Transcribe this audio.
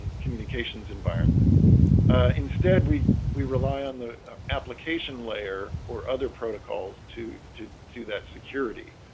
communications environment instead we we rely on the application layer or other protocols to to do that security